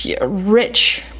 rich